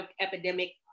epidemic